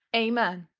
amen!